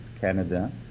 Canada